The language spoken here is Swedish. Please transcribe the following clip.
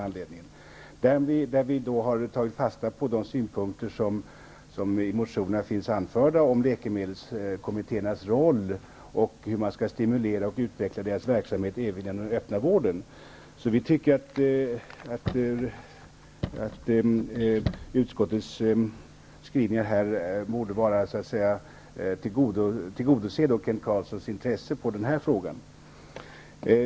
Vi har där tagit fasta på de synpunkter som finns anförda i motionerna om läkemedelskommittéernas roll och om hur man skall stimulera och utvecka deras verksamhet även i den öppna vården. Vi tycker att utskottets skrivningar borde tillgodose Kent Carlssons intressen i denna fråga.